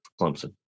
Clemson